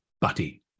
butty